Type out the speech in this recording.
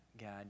God